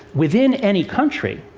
within any country,